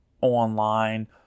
online